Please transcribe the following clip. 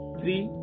three